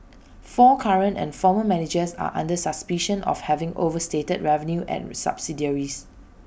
four current and former managers are under suspicion of having overstated revenue at subsidiaries